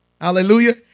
Hallelujah